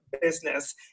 business